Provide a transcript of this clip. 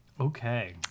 Okay